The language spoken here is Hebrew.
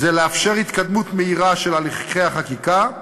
לאפשר התקדמות מהירה של הליכי החקיקה.